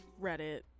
Reddit